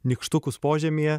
nykštukus požemyje